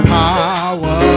power